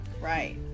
Right